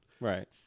Right